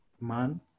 man